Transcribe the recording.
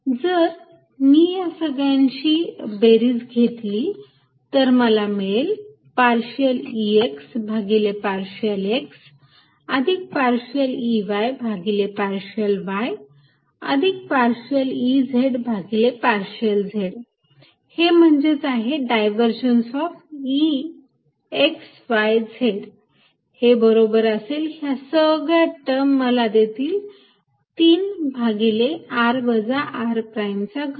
जर मी या सगळ्यांची बेरीज केली तर मला मिळेल पार्शियल Ex भागिले पार्शियल x अधिक पार्शियल Ey भागिले पार्शियल y अधिक पार्शियल Ez भागिले पार्शियल z हे म्हणजेच आहे divergence of E x y z हे बरोबर असेल त्या सगळ्या टर्म मला देतील 3 भागिले r वजा r प्राईमचा घन